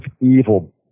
evil